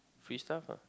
free stuff ah